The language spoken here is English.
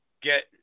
get